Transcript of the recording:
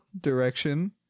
direction